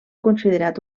considerat